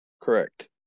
Correct